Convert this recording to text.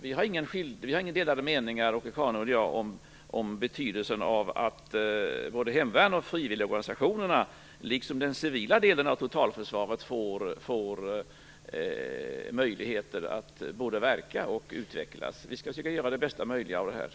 Åke Carnerö och jag har inga delade mening om betydelsen av att både hemvärnet och frivilligorganisationerna liksom den civila delen av totalförsvaret får möjligheter att både verka och utvecklas. Vi skall försöka göra det bästa möjliga av detta.